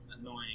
annoying